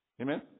Amen